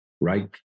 right